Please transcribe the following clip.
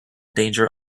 danger